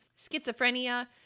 schizophrenia